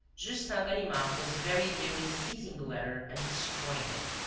justin ganimard was very nearly seizing the letter and destroying it.